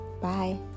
Bye